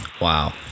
Wow